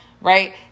Right